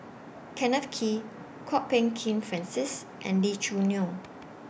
Kenneth Kee Kwok Peng Kin Francis and Lee Choo Neo